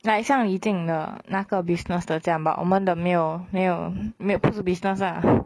like 像 yijing 的那个 business 的这样 but 我们的没有没有没有不是 business ah